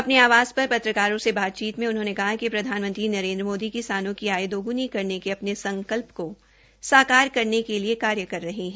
अपने आवास पर पत्रकारों से बातचीत में उन्होंने कहा कि प्रधानमंत्री नरेन्द्र मोदी किसानों की आय दोग्णी करने के अपने संकल्प को साकार करने के लिए कार्य कर रहे है